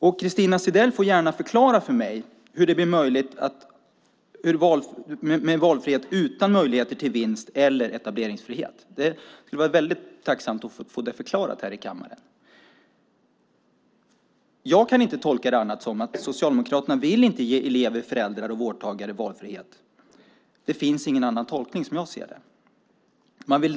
Christina Zedell får gärna förklara för mig hur man kan ha valfrihet utan möjlighet till vinst eller etableringsfrihet. Jag skulle vara väldigt tacksam om jag kunde få det förklarat här i kammaren. Jag kan inte tolka det på annat sätt än att Socialdemokraterna inte vill ge elever, föräldrar och vårdtagare valfrihet. Som jag ser det finns det ingen annan tolkning.